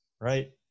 right